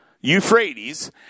Euphrates